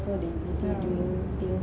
yeah